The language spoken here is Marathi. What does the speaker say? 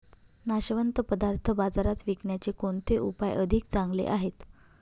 नाशवंत पदार्थ बाजारात विकण्याचे कोणते उपाय अधिक चांगले आहेत?